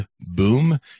Boom